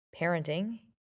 parenting